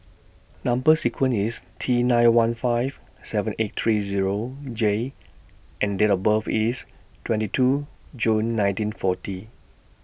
Number sequence IS T nine one five seven eight three Zero J and Date of birth IS twenty two June nineteen forty